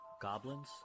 goblins